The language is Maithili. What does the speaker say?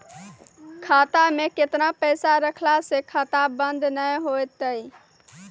खाता मे केतना पैसा रखला से खाता बंद नैय होय तै?